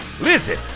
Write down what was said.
Listen